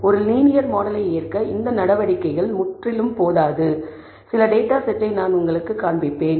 ஒரு லீனியர் மாடலை ஏற்க இந்த நடவடிக்கைகள் முற்றிலும் போதாது என்பதைக் காட்டும் சில டேட்டா செட்டை நான் உங்களுக்குக் காண்பிப்பேன்